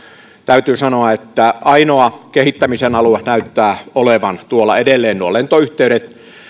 täytyy sanoa että ainoa kehittämisen alue näyttää olevan tuolla edelleen nuo lentoyhteydet